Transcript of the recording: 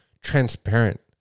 transparent